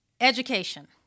Education